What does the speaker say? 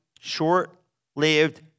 short-lived